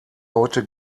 heute